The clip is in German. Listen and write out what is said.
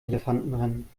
elefantenrennen